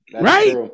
Right